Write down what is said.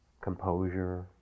composure